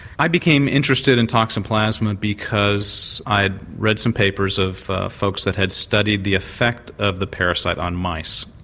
i became interested in toxoplasma because i'd read some papers of folks that had studied the effect of the parasite on mice.